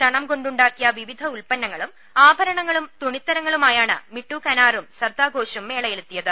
ചണം കൊണ്ടുണ്ടാക്കിയ വിവിധ ഉല്പന്നങ്ങളും ആഭരണങ്ങളും തുണിത്തരങ്ങളുമായാണ് മിട്ടു കാനാറും സർതഘോഷും മേളയിലെത്തിയത്